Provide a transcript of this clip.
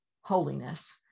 holiness